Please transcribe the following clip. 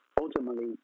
ultimately